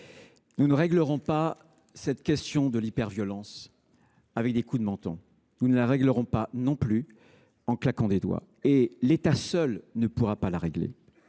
Nous ne réglerons pas la question de l’hyperviolence avec des coups de menton ; nous ne la réglerons pas non plus en claquant des doigts. L’État seul ne pourra pas la régler.